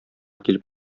килеп